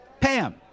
Pam